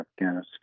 Afghanistan